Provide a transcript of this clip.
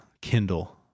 Kindle